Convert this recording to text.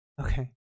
Okay